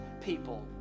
people